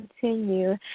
continue